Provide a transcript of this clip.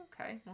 Okay